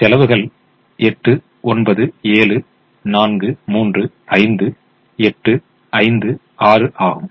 எனவே செலவுகள் 8 9 7 4 3 5 8 5 6 ஆகும்